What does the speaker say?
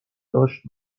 داشت